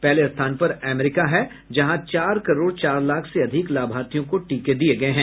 पहले स्थान पर अमेरिका है जहां चार करोड़ चार लाख से अधिक लाभार्थियों को टीके दिये गये हैं